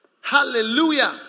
Hallelujah